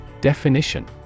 Definition